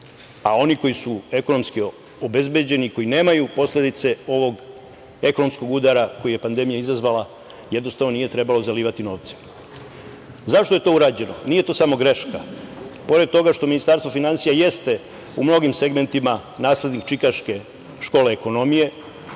a oni koji su ekonomski obezbeđeni, koji nemaju posledice ovog ekonomskog udara koji je pandemija izazvala, jednostavno nije trebalo zalivati novcem.Zašto je to urađeno? Nije to samo greška. Pored toga što Ministarstvo finansija jeste u mnogim segmentima naslednik Čikaške škole ekonomije